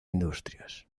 industrias